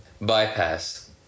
Bypass